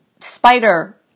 spider